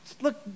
look